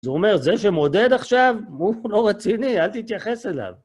זה אומר, זה שמודד עכשיו, הוא לא רציני, אל תתייחס אליו.